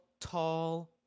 tall